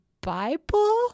Bible